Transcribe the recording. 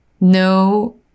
No